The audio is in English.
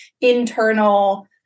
internal